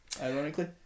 ironically